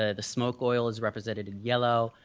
ah the smoke oil is represented in yellow,